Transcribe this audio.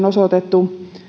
osoitettu